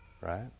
Right